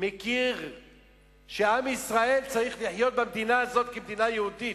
מכיר בכך שעם ישראל צריך לחיות במדינה הזאת כמדינה יהודית.